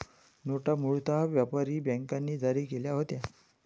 नोटा मूळतः व्यापारी बँकांनी जारी केल्या होत्या